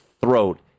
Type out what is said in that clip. throat